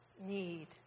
need